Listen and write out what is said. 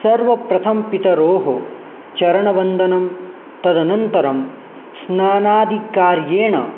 सर्वप्रथमं पितरोः चरणवन्दनं तदनन्तरं स्नानादिकार्येण